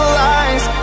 lies